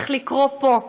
צריך לקרוא פה,